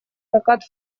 прокат